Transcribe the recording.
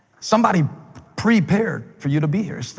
somebody prepared for you to be here. so